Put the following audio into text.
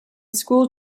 school